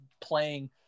playing